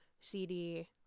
cd